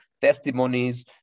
testimonies